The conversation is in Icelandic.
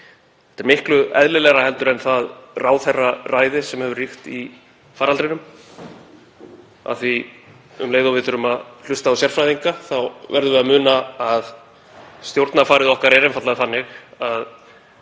Það er miklu eðlilegra en það ráðherraræði sem hefur ríkt í faraldrinum af því að um leið og við þurfum að hlusta á sérfræðinga þá verðum við að muna að stjórnarfarið okkar er einfaldlega þannig að